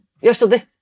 yesterday